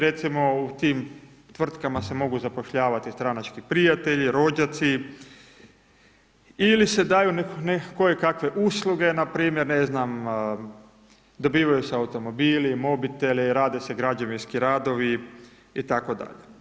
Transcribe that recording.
Recimo u tim tvrtkama se mogu zapošljavati stranački prijatelji, rođaci, ili se daju koje kakve usluge, npr. ne znam dobivaju se automobili, mobiteli, rade se građevinski radovi itd.